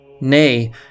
Nay